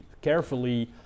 carefully